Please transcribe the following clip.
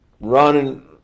Running